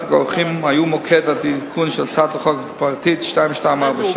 הרוקחים היו מוקד התיקון של הצעת החוק הפרטית 2247,